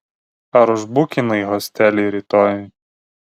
ar užbukinai hostelį rytojui